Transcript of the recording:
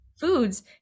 foods